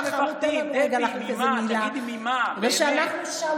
ממה מפחדים?